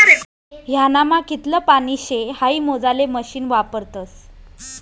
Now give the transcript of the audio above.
ह्यानामा कितलं पानी शे हाई मोजाले मशीन वापरतस